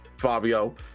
Fabio